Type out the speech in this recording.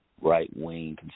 right-wing